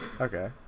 Okay